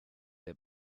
der